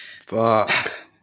Fuck